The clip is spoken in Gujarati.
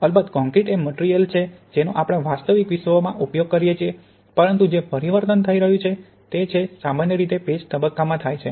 અલબત્ત કોંક્રિટ એ મટિરિયલ છે જેનો આપણે વાસ્તવિક વિશ્વમાં ઉપયોગ કરીએ છીએ પરંતુ જે પરિવર્તન થઈ રહ્યું છે તે છે સામાન્ય રીતે પેસ્ટ તબક્કામાં થાય છે